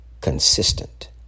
consistent